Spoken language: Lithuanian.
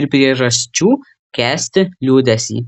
ir priežasčių kęsti liūdesį